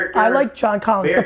i like john collins. yeah